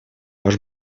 ваш